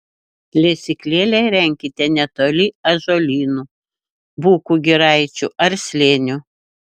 lesyklėlę įrenkite netoli ąžuolynų bukų giraičių ar slėnių